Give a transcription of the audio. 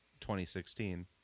2016